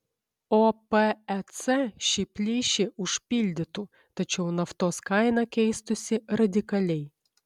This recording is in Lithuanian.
opec šį plyšį užpildytų tačiau naftos kaina keistųsi radikaliai